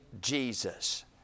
Jesus